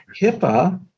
HIPAA